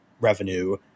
revenue